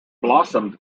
blossomed